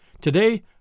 Today